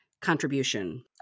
contribution